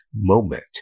moment